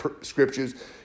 scriptures